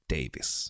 Davis